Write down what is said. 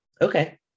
okay